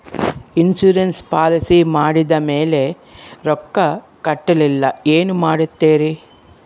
Insurance policy ಮಾಡಿದ ಮೇಲೆ ರೊಕ್ಕ ಕಟ್ಟಲಿಲ್ಲ ಏನು ಮಾಡುತ್ತೇರಿ?